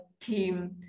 team